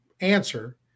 answer